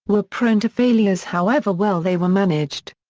were prone to failures however well they were managed.